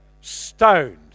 Stoned